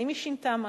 האם היא שינתה משהו?